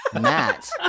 Matt